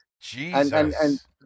Jesus